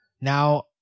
Now